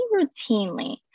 routinely